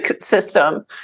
system